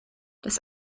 das